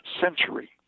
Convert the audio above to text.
century